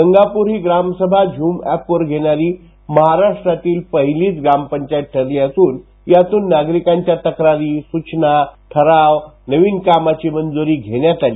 गंगापूर हि ग्रामसभा झुम एपवर घेणारी महाराष्ट्रातली पाहिलीच ग्रामपंचायत ठरली असुन यातुन नागरिकांच्या तक्रारी सुचना ठराव नवीन कामांची मंजुरी घेण्यात आली